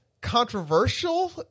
controversial